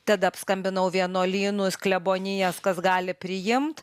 tada apskambinau vienuolynus klebonijas kas gali priimt